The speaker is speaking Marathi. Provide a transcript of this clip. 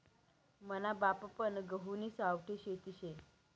मना बापपन गहुनी सावठी खेती शे